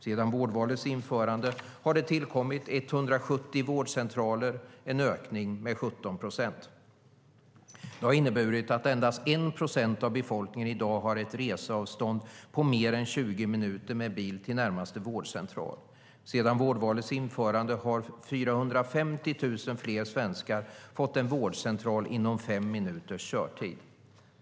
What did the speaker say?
Sedan vårdvalets införande har det tillkommit 170 vårdcentraler, en ökning med 17 procent. Det har inneburit att endast 1 procent av befolkningen i dag har ett reseavstånd på mer än 20 minuter med bil till närmaste vårdcentral. Sedan vårdvalets införande har 450 000 fler svenskar fått en vårdcentral inom fem minuters körtid.